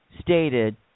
stated